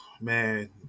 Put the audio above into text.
man